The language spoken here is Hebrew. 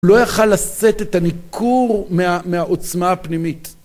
לא יכל לשאת את הניכור מהעוצמה הפנימית.